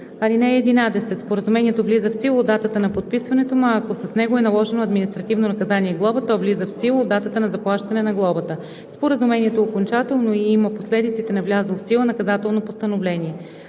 (11) Споразумението влиза в сила от датата на подписването му, а ако с него е наложено административно наказание глоба, то влиза в сила от датата на заплащане на глобата. Споразумението е окончателно и има последиците на влязло в сила наказателно постановление.